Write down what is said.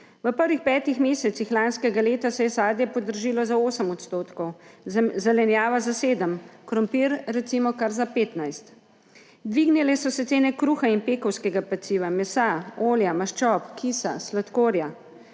V prvih petih mesecih lanskega leta se je sadje podražilo za 8 %, zelenjava za 7 %, krompir recimo kar za 15 %. Dvignile so se cene kruha in pekovskega peciva, mesa, olja, maščob, kisa, sladkorja.